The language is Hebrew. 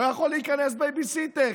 לא יכול להיכנס בייביסיטר.